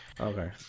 Okay